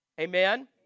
Amen